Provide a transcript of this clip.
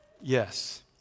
yes